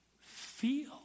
feel